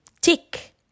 tick